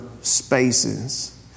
spaces